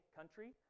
country